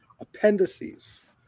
appendices